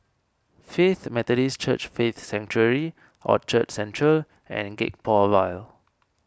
Faith Methodist Church Faith Sanctuary Orchard Central and Gek Poh Ville